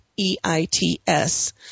EITS